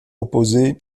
opposé